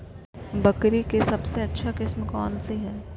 बकरी के सबसे अच्छा किस्म कौन सी है?